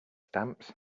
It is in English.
stamps